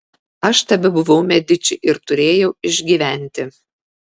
aš tebebuvau mediči ir turėjau išgyventi